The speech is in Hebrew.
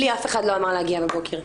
לי אף אחד לא אמרו להגיע בבוקר.